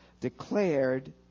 declared